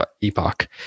epoch